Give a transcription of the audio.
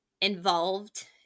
involved